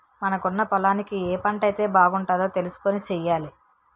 మనకున్న పొలానికి ఏ పంటైతే బాగుంటదో తెలుసుకొని సెయ్యాలి